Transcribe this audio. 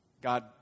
God